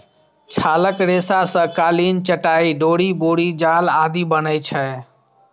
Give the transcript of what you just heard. छालक रेशा सं कालीन, चटाइ, डोरि, बोरी जाल आदि बनै छै